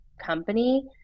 company